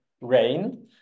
rain